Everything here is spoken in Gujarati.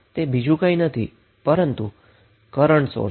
તો આ કેસ મા તે બીજું કંઈ નથી પરંતુ કરન્ટ સોર્સ છે